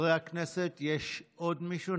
חברי הכנסת, יש עוד מישהו?